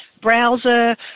browser